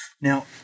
Now